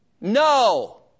no